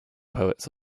poets